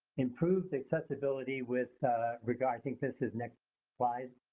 improved accessibility with regard i think this is next slide.